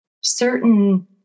certain